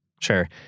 Sure